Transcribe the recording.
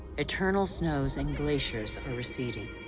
eternal snows and glaciers are receding.